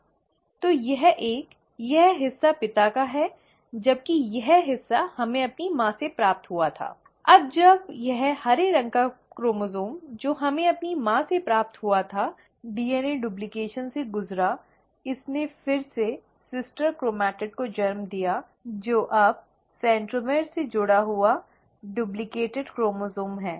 तो यह एक यह हिस्सा पिता का है जबकि यह हिस्सा हमें अपनी माँ से प्राप्त हुआ था और जब यह हरे रंग का क्रोमोसोम् जो हमें अपनी माँ से प्राप्त हुआ था डीएनए डूप्लकेशन से गुजरा इसने फिर से सिस्टर क्रोमैटिड को जन्म दिया जो अब सेंट्रोमर में जुड़ा हुआ दोहरा हुआ डुप्लिकेट क्रोमोसोम् है